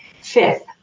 Fifth